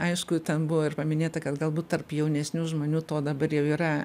aišku ten buvo ir paminėta kad galbūt tarp jaunesnių žmonių to dabar jau yra